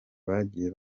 bagiye